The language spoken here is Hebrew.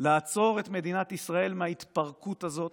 לעצור את מדינת ישראל מההתפרקות הזאת